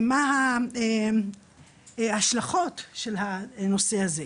מה ההשלכות של הנושא הזה?